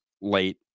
late